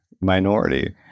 minority